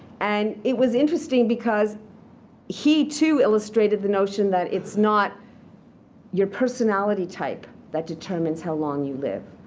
and it was interesting because he too illustrated the notion that it's not your personality type that determines how long you live.